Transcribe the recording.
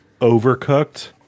overcooked